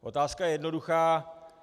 Otázka je jednoduchá.